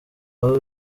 aho